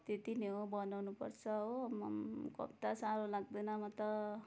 त्यति नै हो बनाउनुपर्छ हो आम्मामामा कम्ता साह्रो लाग्दैन म त